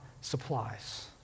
supplies